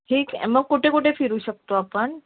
ठीक आहे मग कुठे कुठे फिरू शकतो आपण